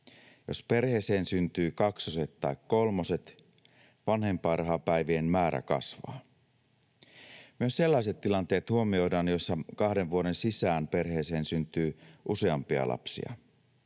Jos perheeseen syntyy kaksoset tai kolmoset, vanhempainrahapäivien määrä kasvaa. Myös sellaiset tilanteet huomioidaan, joissa kahden vuoden sisään perheeseen syntyy useampia lapsia.